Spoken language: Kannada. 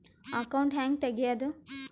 ಅಕೌಂಟ್ ಹ್ಯಾಂಗ ತೆಗ್ಯಾದು?